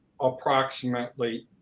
approximately